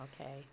okay